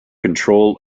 control